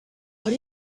are